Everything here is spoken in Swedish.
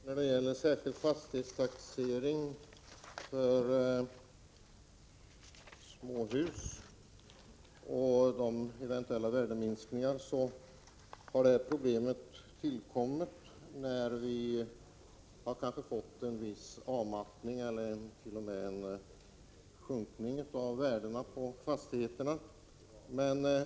Herr talman! Problemet med den särskilda fastighetstaxeringen för småhus har ju tillkommit genom att vi kanske har fått en viss avmattning eller t.o.m. sänkning av värdena på dessa fastigheter.